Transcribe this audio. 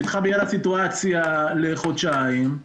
נדחה בגלל הסיטואציה לחודשיים.